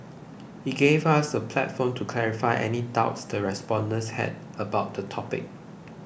it gave us a platform to clarify any doubts the respondents had about the topic